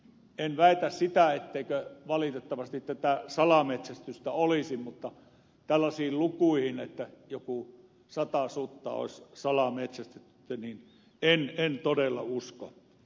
en väitä etteikö tätä salametsästystä valitettavasti olisi mutta tällaisiin lukuihin että joku sata sutta olisi salametsästetty en todella usko